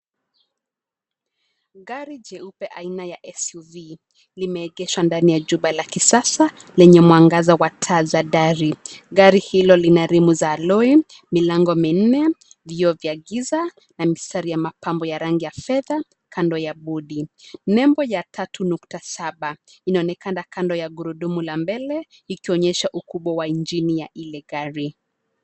Gari jeupe aina ya SUV, limeegeshwa ndani ya jumba la kisasa, lenye mwangaza wa taa za dari. Gari hilo lina rimu za loin, milango minne , vioo vya giza na mistari ya mapambo ya rangi ya fedha, kando ya bodi. Nembo ya 3.7, inaonekana kando ya gurudumu la mbele, ikionyesha ukubwa wa injini ya ile gari.